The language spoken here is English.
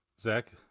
Zach